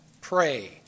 pray